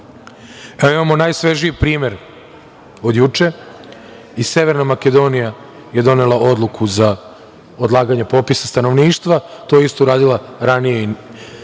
Imamo najsvežiji primer od juče i Severna Makedonija je donela odluku za odlaganje popisa stanovništva. To je isto uradila ranije i